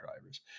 drivers